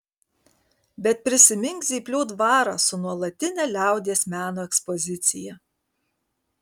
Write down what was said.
bet prisimink zyplių dvarą su nuolatine liaudies meno ekspozicija